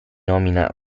nomina